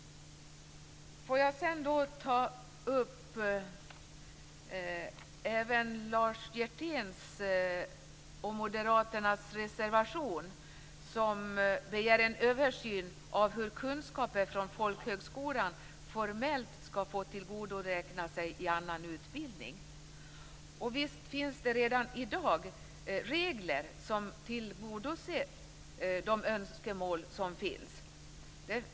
Får jag sedan ta upp den reservation där Moderaterna begär en översyn av hur kunskaper från folkhögskolan formellt skall få tillgodoräknas inom annan utbildning. Det finns redan i dag regler som tillgodoser önskemålen.